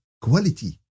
quality